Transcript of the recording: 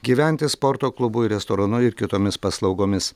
gyventi sporto klubu restoranu ir kitomis paslaugomis